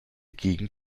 gegen